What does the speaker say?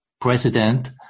president